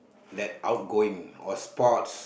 like outgoing or sports